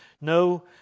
No